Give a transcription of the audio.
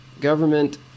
government